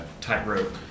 tightrope